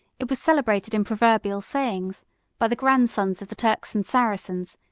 it was celebrated in proverbial sayings by the grandsons of the turks and saracens,